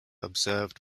observed